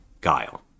Guile